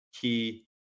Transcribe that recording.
key